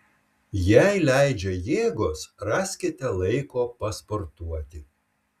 jei leidžia jėgos raskite laiko pasportuoti